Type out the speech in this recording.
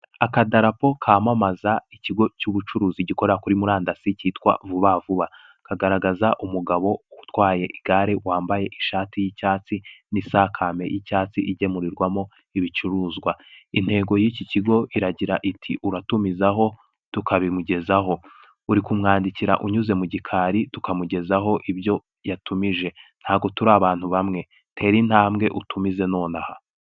Akadarapo kamamaza ikigo cy'ubucuruzi gikorera kuri murandasi kitwa vuba vuba. Kagaragaza umugabo utwaye igare wambaye ishati y'icyatsi, n'isakame y'icyatsi, igemurirwamo ibicuruzwa. Intego y'iki kigo iragira iti ''uratumizaho tukabimugezaho. Uri kumwandikira unyuze mu gikari, tukamugezaho ibyo yatumije. Ntago turi abantu bamwe. Tera intambwe utumize nonaha''.